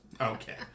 Okay